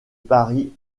paris